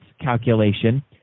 calculation